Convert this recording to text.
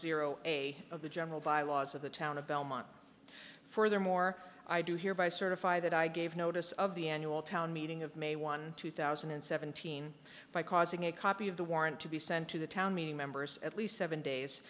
a of the general bylaws of the town of belmont furthermore i do hereby certify that i gave notice of the annual town meeting of may one two thousand and seventeen by causing a copy of the warrant to be sent to the town meeting members at least seven days